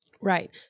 Right